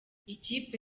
ikipe